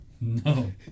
No